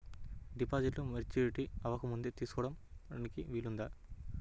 డిపాజిట్ను మెచ్యూరిటీ అవ్వకముందే తీసుకోటానికి వీలుందా?